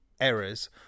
errors